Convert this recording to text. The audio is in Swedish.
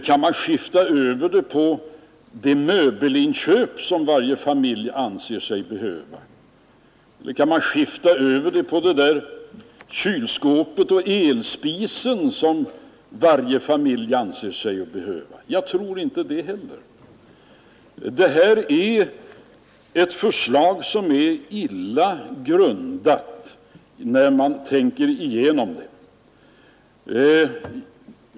Kan man skifta över den på inköp av de möbler som varje familj anser sig behöva? Kan man skifta över den på kylskåpet och elspisen som varje familj anser sig behöva? Jag tror inte det heller. Det här är ett förslag som är illa grundat, när man tänker igenom det.